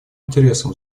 интересом